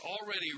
already